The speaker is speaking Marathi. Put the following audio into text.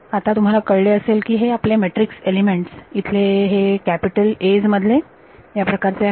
तर आता तुम्हाला कळले असेल की हे आपले मॅट्रिक्स एलिमेंट्स इथले हे कॅपिटल A's मधले या प्रकारचे आहेत